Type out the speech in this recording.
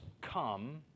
come